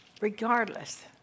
Regardless